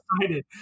excited